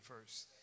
first